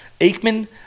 Aikman